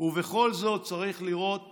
ובכל זאת צריך לראות